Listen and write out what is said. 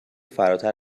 فراتر